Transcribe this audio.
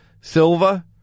Silva